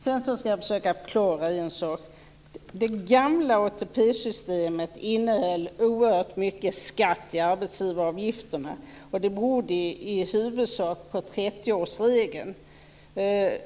Jag skall försöka att förklara en sak. Det gamla ATP-systemet innehöll oerhört mycket skatt i arbetsgivaravgifterna. Det berodde i huvudsak på 30 årsregeln.